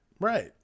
Right